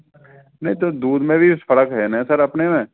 नहीं तो दूध में भी इस फ़र्क है ना सर अपने में